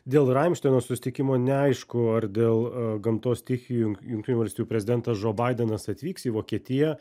dėl ramšteino susitikimo neaišku ar dėl gamtos stichijų junk jungtinių valstijų prezidentas džo baidenas atvyks į vokietiją